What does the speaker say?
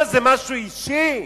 מה זה, משהו אישי?